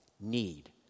need